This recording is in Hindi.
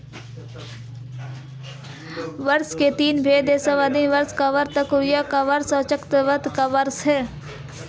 वर्षा के तीन भेद हैं संवहनीय वर्षा, पर्वतकृत वर्षा और चक्रवाती वर्षा